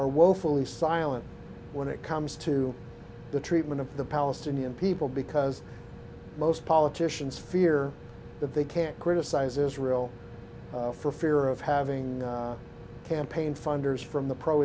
woefully silent when it comes to the treatment of the palestinian people because most politicians fear that they can't criticize israel for fear of having campaign funders from the pro